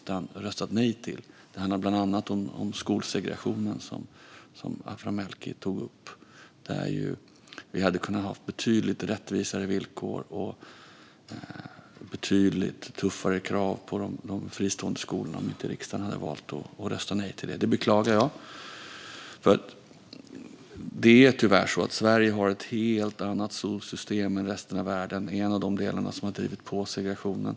Det handlar bland annat om skolsegregationen, som Aphram Melki tog upp, där vi hade kunnat ha betydligt rättvisare villkor och tuffare krav på de fristående skolorna om riksdagen inte hade valt att rösta nej till det. Detta beklagar jag. Det är tyvärr så att Sverige har ett helt annat skolsystem än resten av världen, och detta är en av de delar som har drivit på segregationen.